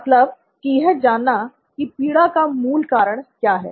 मतलब की यह जानना की पीड़ा का मूल कारण क्या है